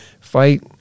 fight